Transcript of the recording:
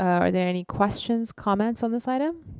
are there any questions, comments on this item?